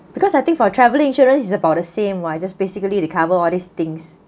because I think for travel insurance is about the same [what] just basically they cover all these things